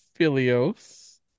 Filios